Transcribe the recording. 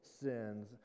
sins